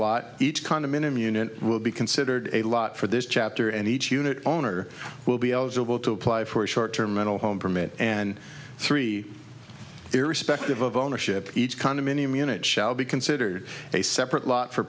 lot each condominium unit will be considered a lot for this chapter and each unit owner will be eligible to apply for a short term mental home permit and three irrespective of ownership each condominium unit shall be considered a separate lot for